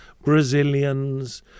Brazilians